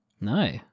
No